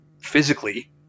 physically